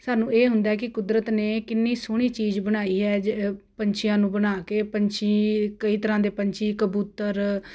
ਸਾਨੂੰ ਇਹ ਹੁੰਦਾ ਕਿ ਕੁਦਰਤ ਨੇ ਕਿੰਨੀ ਸੋਹਣੀ ਚੀਜ਼ ਬਣਾਈ ਹੈ ਪੰਛੀਆਂ ਨੂੰ ਬਣਾ ਕੇ ਪੰਛੀ ਕਈ ਤਰ੍ਹਾਂ ਦੇ ਪੰਛੀ ਕਬੂਤਰ